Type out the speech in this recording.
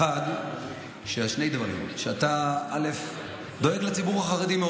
האחד, שאתה דואג מאוד לציבור החרדי.